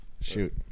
Shoot